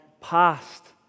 past